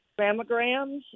mammograms